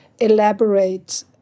elaborate